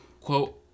quote